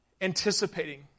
anticipating